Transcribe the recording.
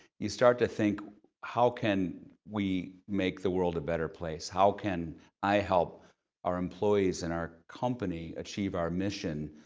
you start to think how can we make the world a better place? how can i help our employees and our company achieve our mission?